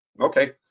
okay